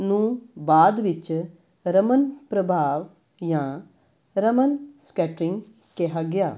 ਨੂੰ ਬਾਅਦ ਵਿੱਚ ਰਮਨ ਪ੍ਰਭਾਵ ਜਾਂ ਰਮਨ ਸਕੈਟਰਿੰਗ ਕਿਹਾ ਗਿਆ